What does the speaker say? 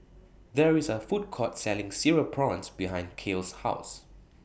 There IS A Food Court Selling Cereal Prawns behind Cael's House